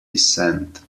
descent